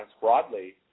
broadly